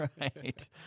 right